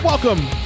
Welcome